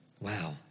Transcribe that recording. Wow